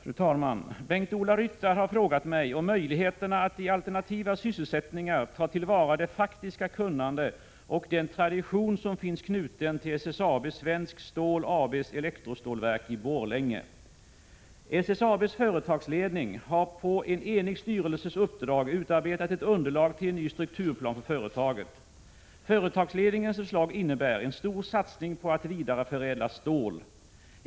Fru talman! Bengt-Ola Ryttar har frågat mig om möjligheterna att i alternativa sysselsättningar ta till vara det faktiska kunnande och den tradition som finns knuten till SSAB:s, Svenskt Stål AB:s, elektrostålverk i Borlänge. SSAB:s företagsledning har på en enig styrelses uppdrag utarbetat ett underlag till en ny strukturplan för företaget. Företagsledningens förslag innebär en stor satsning på att vidareförädla stål.